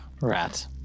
rat